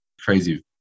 Crazy